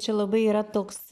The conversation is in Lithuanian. čia labai yra toks